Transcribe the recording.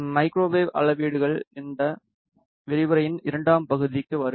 microwave அளவீடுகள் குறித்த விரிவுரையின் இரண்டாம் பகுதிக்கு வருக